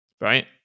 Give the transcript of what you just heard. right